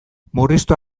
murriztu